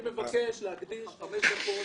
אני מבקש מכם להקדיש חמש דקות